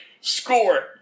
score